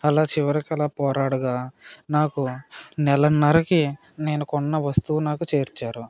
అలా చివరకలా పోరాడగా నాకు నెలన్నర్రకి నేను కొన్న వస్తువు నాకు చేర్చారు